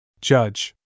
Judge